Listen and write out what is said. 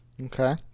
Okay